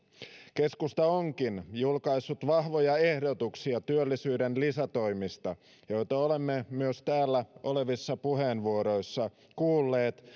keskusta onkin julkaissut vahvoja ehdotuksia työllisyyden lisätoimista joita olemme myös täällä puheenvuoroissa kuulleet